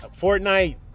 Fortnite